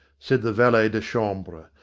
said the valet de chambre,